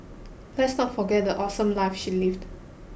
let's not forget the awesome life she lived